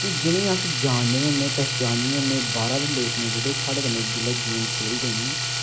कि जिनेंगी अस जान नेईं होन्ने पहचानने होन्ने बाह्रा दे लोक न जेह्ड़े साढ़े कन्नै जिसलै गेम खेलदे न